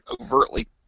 overtly